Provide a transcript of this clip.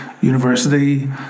university